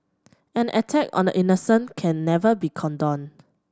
an attack on the innocent can never be condoned